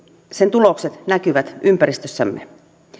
tulokset näkyvät ympäristössämme